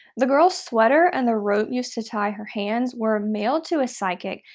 the girl's sweater and the rope used to tie her hands were mailed to a psychic,